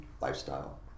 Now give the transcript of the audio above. lifestyle